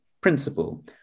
principle